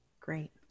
Great